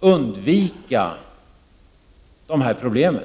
undvika dessa problem?